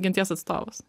genties atstovas